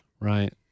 Right